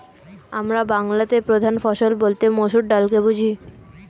আমরা বাংলাতে প্রধান ফসল বলতে মসুর ডালকে বুঝি